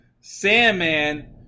Sandman